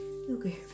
Okay